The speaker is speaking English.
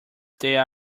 there